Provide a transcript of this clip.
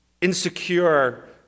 insecure